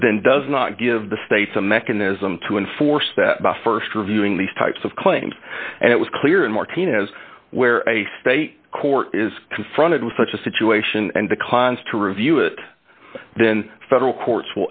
but then does not give the states a mechanism to enforce that by st reviewing these types of claims and it was clear in martinez where a state court is confronted with such a situation and the cons to review it then federal court